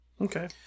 Okay